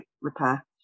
repair